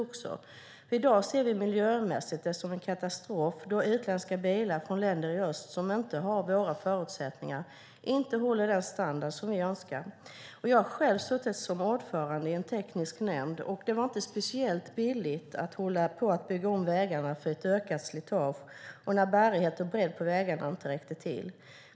Miljömässigt ser vi det i dag som en katastrof när utländska bilar från länder i öst som inte har våra förutsättningar inte håller den standard vi önskar. Jag har suttit som ordförande i en teknisk nämnd, och det var inte billigt att bygga om vägarna på grund av ökat slitage och när bärighet och bredd på vägarna inte räckte till.